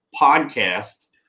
podcast